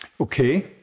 Okay